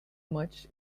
much